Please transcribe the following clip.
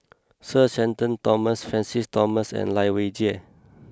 Sir Shenton Thomas Francis Thomas and Lai Weijie